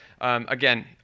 again